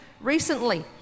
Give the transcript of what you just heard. recently